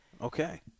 Okay